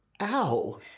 Ow